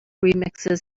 remixes